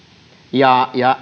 ja ja